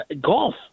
golf